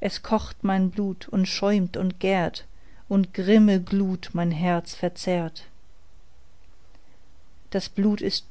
es kocht mein blut und schäumt und gärt und grimme wut mein herz verzehrt das blut ist